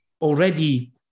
already